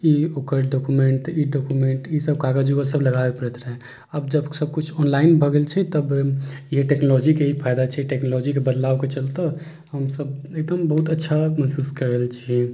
ई ओकर डोक्युमेन्ट तऽ ई डोक्युमेन्ट ईसब कागज ओगज सब लगाबे पड़ैत रहै आब जब सबकुछ ऑनलाइन भऽ गेल छै तब ईहे टेक्नोलॉजीके ही फायदा छै टेक्नोलॉजीके बदलावके चलते हमसब एकदम बहुत अच्छा महसूस कऽ रहल छी